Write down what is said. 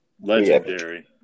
legendary